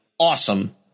Awesome